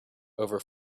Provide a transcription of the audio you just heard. over